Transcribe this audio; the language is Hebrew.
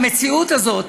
המציאות הזאת